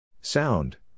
Sound